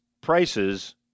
prices